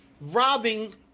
robbing